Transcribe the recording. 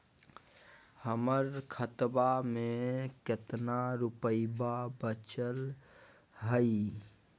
हमर खतवा मे कितना रूपयवा बचल हई?